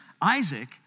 Isaac